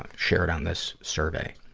ah shared on this survey.